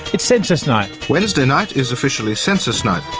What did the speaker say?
it's census night. wednesday night is officially census night.